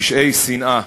פשעי שנאה.